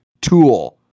Tool